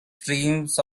streams